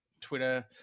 Twitter